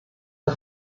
der